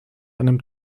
einem